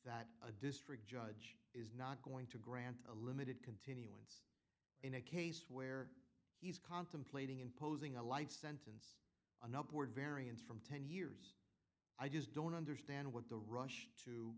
that a district judge is not going to grant a limited contin in a case where he's contemplating imposing a life sentence an upward variance from ten years i just don't understand what the rush to